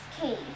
Cave